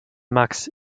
marx